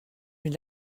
nuit